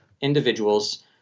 individuals